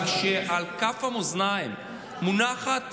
אבל כשעל כף המאזניים מונחת